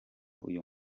uyu